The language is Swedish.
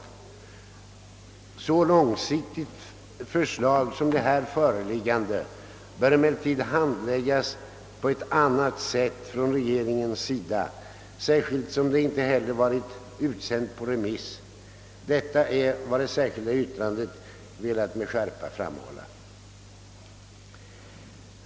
Ett så långsiktigt förslag som det här föreliggande bör emellertid handläggas på ett annat sätt från regeringens sida, särskilt som det inte heller varit utsänt på remiss. Detta är vad det särskilda yttrandet med skärpa velat framhålla.